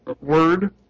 word